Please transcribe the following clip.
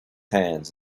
hands